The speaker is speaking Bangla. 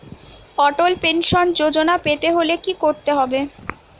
অটল পেনশন যোজনা পেতে হলে কি করতে হবে?